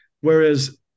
whereas